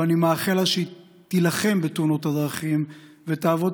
ואני מאחל לה שהיא תילחם בתאונות הדרכים ותעבוד